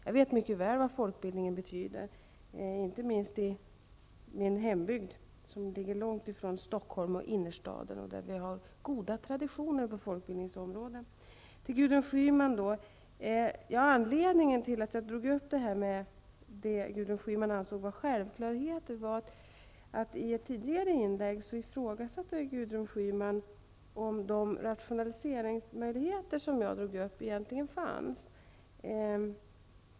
Jag vet mycket väl vad folkbildningen betyder, inte minst i min hembygd, som ligger långt från Stockholm och innerstaden. I min hembygd finns det goda traditioner på folkbildningsområdet. Anledningen till att jag tog upp det som Gudrun Schyman ansåg vara självklarheter var att i ett tidigare inlägg ifrågasatte Gudrun Schyman om de rationaliseringsmöjligheter som jag visade på verkligen existerade.